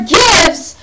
gifts